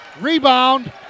rebound